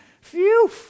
Phew